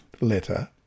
letter